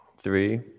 Three